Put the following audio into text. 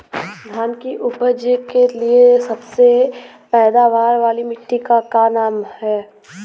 धान की उपज के लिए सबसे पैदावार वाली मिट्टी क का नाम ह?